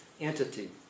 entity